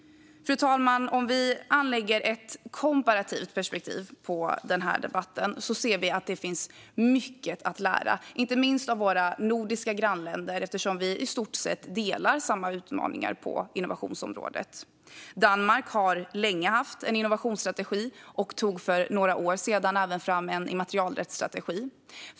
Fru talman! Om vi anlägger ett komparativt perspektiv på den här debatten ser vi att det finns mycket att lära, inte minst av våra nordiska grannländer eftersom vi i stort sett delar samma utmaningar på innovationsområdet. Danmark har länge haft en innovationsstrategi och tog för några år sedan även fram en immaterialrättsstrategi.